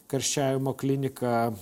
karščiavimo klinika